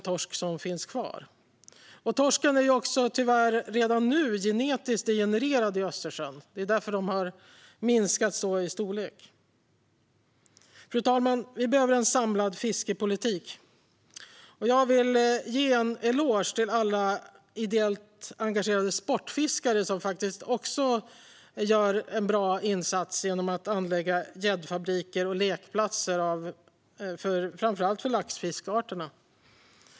Torsken är tyvärr redan nu genetiskt degenererad i Östersjön; det är därför den har minskat i storlek. Fru talman! Vi behöver en samlad fiskepolitik. Jag vill ge en eloge till alla ideellt engagerade sportfiskare som gör en bra insats genom att anlägga gäddfabriker och lekplatser för framför allt laxfiskarter.